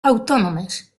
autònomes